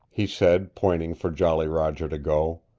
he said, pointing for jolly roger to go.